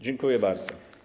Dziękuję bardzo.